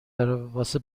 واسه